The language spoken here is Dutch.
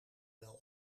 wel